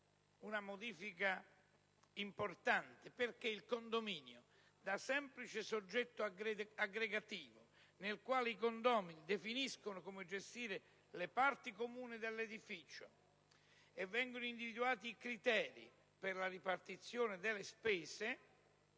una modifica importante: il condominio da semplice soggetto aggregativo nel quale i condomini definiscono come gestire le parti comuni dell'edificio e individuano i criteri per la ripartizione delle spese